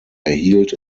erhielt